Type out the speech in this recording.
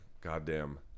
goddamn